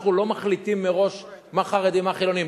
אנחנו לא מחליטים מראש מה חרדים, מה חילונים.